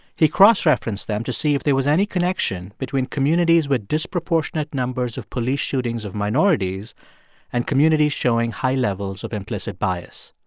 he cross-referenced them to see if there was any connection between communities with disproportionate numbers of police shootings of minorities and communities showing high levels of implicit bias.